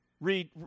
Read